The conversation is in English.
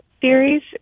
series